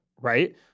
right